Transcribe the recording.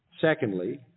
Secondly